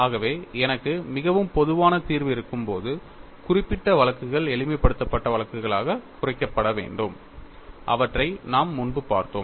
ஆகவே எனக்கு மிகவும் பொதுவான தீர்வு இருக்கும்போது குறிப்பிட்ட வழக்குகள் எளிமைப்படுத்தப்பட்ட வழக்குகளாக குறைக்கப்பட வேண்டும் அவற்றை நாம் முன்பு பார்த்தோம்